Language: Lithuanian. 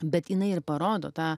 bet jinai ir parodo tą